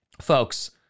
folks